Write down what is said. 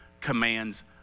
commands